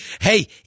hey